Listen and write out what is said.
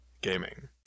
gaming